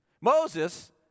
Moses